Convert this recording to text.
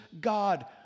God